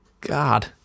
god